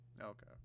okay